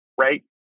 right